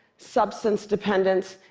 substance dependence,